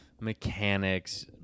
mechanics